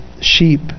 sheep